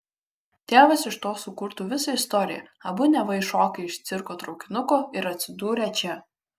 tėvas iš to sukurtų visą istoriją abu neva iššokę iš cirko traukinuko ir atsidūrę čia